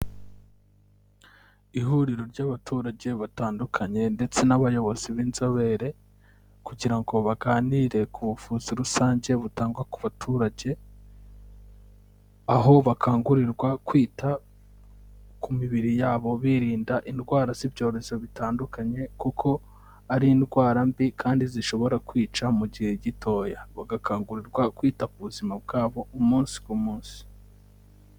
Ihuriro ry'abaturage batandukanye ndetse n'abayobozi b'inzobere kugira ngo baganire ku buvuzi rusange butangwa ku baturage, aho bakangurirwa kwita ku mibiri yabo birinda indwara z'ibyorezo bitandukanye kuko ari indwara mbi kandi zishobora kwica mu gihe gitoya, bagakangurirwa kwita ku buzima bwabo umunsi ku munsi.